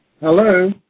Hello